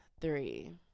three